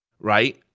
right